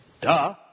duh